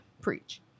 preach